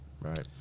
Right